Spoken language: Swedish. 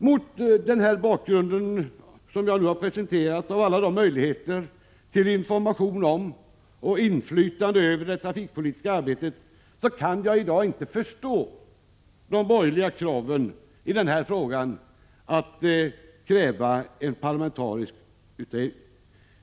Mot bakgrund av alla de möjligheter jag har presenterat till information om och inflytande över det trafikpolitiska arbetet kan jag i dag inte förstå det borgerliga kravet på en parlamentarisk utredning i den här frågan.